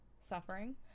Suffering